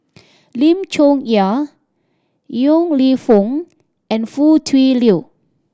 Lim Chong Yah Yong Lew Foong and Foo Tui Liew